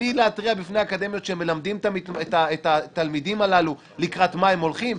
בלי להתריע בפני האקדמיות שמלמדים את התלמידים הללו לקראת מה הם הולכים.